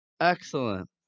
Excellent